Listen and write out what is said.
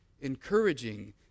encouraging